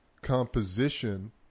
composition